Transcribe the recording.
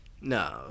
No